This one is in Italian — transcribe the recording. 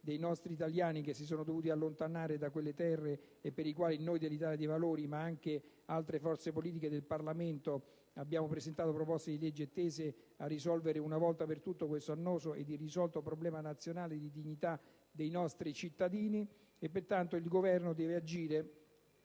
dei nostri italiani che si sono dovuti allontanare da quelle terre e per i quali noi dell'Italia dei Valori, ma anche altre forze politiche del Parlamento, abbiamo presentato proposte di legge tese a risolvere una volta per tutte questo annoso e irrisolto problema nazionale di dignità dei nostri cittadini. Il Governo deve agire,